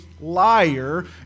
Liar